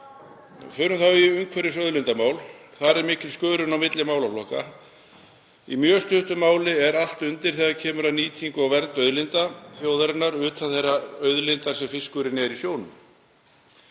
Förum þá í umhverfis- og auðlindamál. Þar er mikil skörun á milli málaflokka. Í mjög stuttu máli er allt undir þegar kemur að nýtingu og vernd auðlinda þjóðarinnar utan þeirrar auðlindar sem fiskurinn er í sjónum.